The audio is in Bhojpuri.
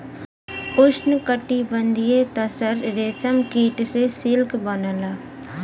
उष्णकटिबंधीय तसर रेशम कीट से सिल्क बनला